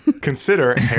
Consider